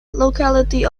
locality